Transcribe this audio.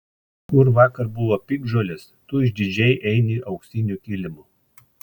kur vakar buvo piktžolės tu išdidžiai eini auksiniu kilimu